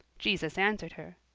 jesus answered her,